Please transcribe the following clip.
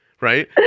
right